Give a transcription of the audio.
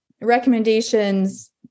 recommendations